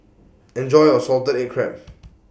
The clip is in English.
Enjoy your Salted Egg Crab